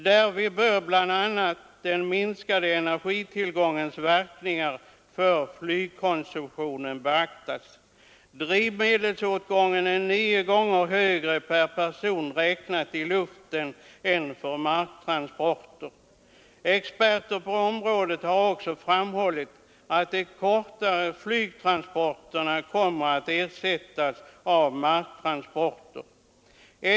Därvid bör bl.a. den minskade energitillgångens verkningar för flygkonsumtionen beaktas. Drivmedelsåtgången är nio gånger högre per person vid flygtransporter än vid marktransporter. Experter på området har också framhållit att de korta flygtransporterna kommer att ersättas av marktransporter.